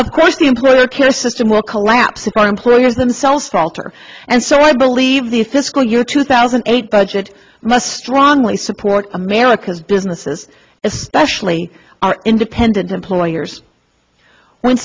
of course the employer care system will collapse of our employers themselves falter and so i believe the fiscal year two thousand and eight budget must wrongly support america's businesses especially our independent employers when